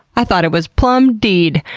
i thought it was plum dead.